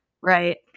right